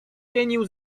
pienił